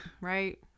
right